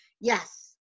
yes